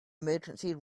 emergency